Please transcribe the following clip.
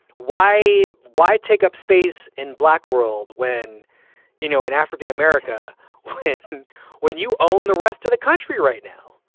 why? why take up space in black world when you know an african-america when when you own the rest of the country right now?